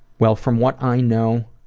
well from what i know